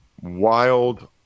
wild